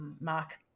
Mark